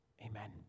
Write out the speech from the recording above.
Amen